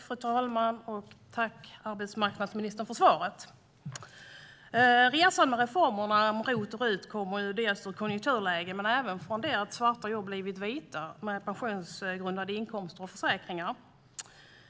Fru talman! Tack, arbetsmarknadsministern, för svaret! Resan med reformerna ROT och RUT kommer dels ur konjunkturåtgärder, dels ur att svarta jobb blivit vita med pensionsgrundande inkomster och försäkringar.